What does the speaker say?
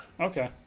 Okay